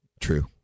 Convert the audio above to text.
true